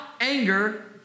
anger